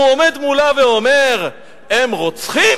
הוא עומד מולה ואומר, הם רוצחים,